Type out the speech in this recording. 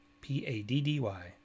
P-A-D-D-Y